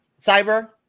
Cyber